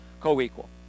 co-equal